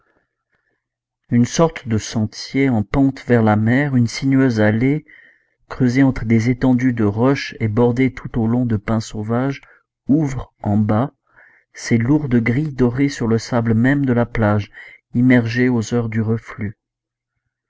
une sorte de sentier en pente vers la mer une sinueuse allée creusée entre des étendues de roches et bordée tout au long de pins sauvages ouvre en bas ses lourdes grilles dorées sur le sable même de la plage immergé aux heures du reflux